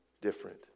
different